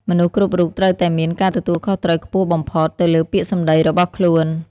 មនុស្សគ្រប់រូបត្រូវតែមាន ការទទួលខុសត្រូវខ្ពស់បំផុត ទៅលើពាក្យសម្ដីរបស់ខ្លួន។